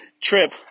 trip